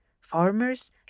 farmers